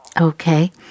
Okay